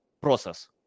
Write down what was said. process